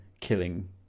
killing